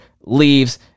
leaves